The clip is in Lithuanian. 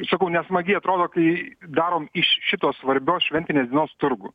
sakau nesmagiai atrodo kai darom iš šitos svarbios šventinės dienos turgų